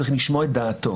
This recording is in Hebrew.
צריך לשמוע את דעתו